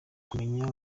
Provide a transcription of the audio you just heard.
kumenya